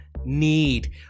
need